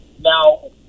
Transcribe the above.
now